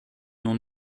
nom